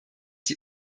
die